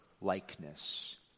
likeness